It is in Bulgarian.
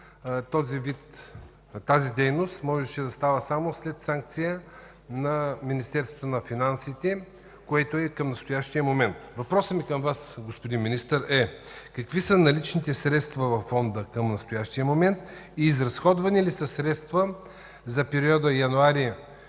което тази дейност можеше да става само след санкция на Министерството на финансите, което е и към настоящия момент. Въпросът ми към Вас, господин Министър, е: какви са наличните средства във Фонда към настоящия момент, изразходвани ли са средства за периода януари